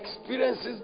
experiences